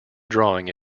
drawing